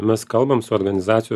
mes kalbam su organizacijų